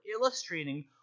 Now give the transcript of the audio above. illustrating